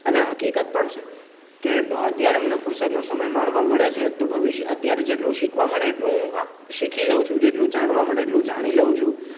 અને હકીકત પણ છે કે અત્યારે મને ફુરસદનો સમય માણવા મળે છે તો ભવિષ્ય અત્યારે જેટલું શીખવા મળે એટલું હું શીખી લઉં છું જેટલું જાણવા મળે એટલું જાણી લઉં છું